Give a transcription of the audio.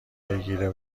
بگیره